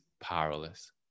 powerless